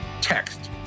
text